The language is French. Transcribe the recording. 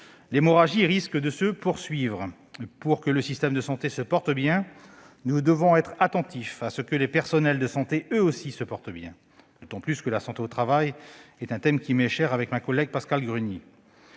l'hémorragie risque de se poursuivre. Pour que le système de santé se porte bien, nous devons être attentifs à ce que les personnels de santé, eux aussi, se portent bien- la santé au travail est un thème qui m'est cher, ainsi qu'à ma collègue Pascale Gruny.